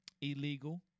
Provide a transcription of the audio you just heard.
illegal